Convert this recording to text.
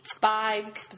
bag